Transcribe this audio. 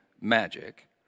magic